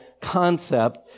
concept